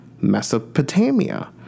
Mesopotamia